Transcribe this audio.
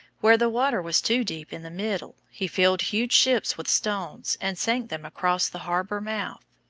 where the water was too deep in the middle he filled huge ships with stones and sank them across the harbour mouth.